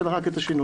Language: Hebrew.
אלא רק את השינוי.